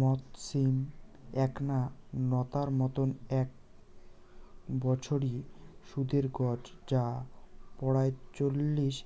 মথ সিম এ্যাকনা নতার মতন এ্যাক বছরি ওষুধের গছ যা পরায় চল্লিশ